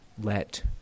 let